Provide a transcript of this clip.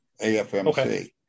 AFMC